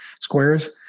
squares